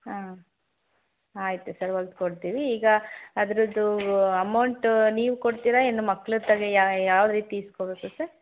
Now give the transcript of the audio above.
ಹಾಂ ಆಯಿತು ಸರ್ ಹೊಲ್ದು ಕೊಡ್ತೀವಿ ಈಗ ಅದರದ್ದು ಅಮೌಂಟು ನೀವು ಕೊಡ್ತೀರಾ ಏನು ಮಕ್ಕಳತಗೇ ಯಾವ ಯಾವ ರೀತಿ ಇಸ್ಕೊಳ್ಬೇಕು ಸರ್